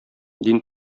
дин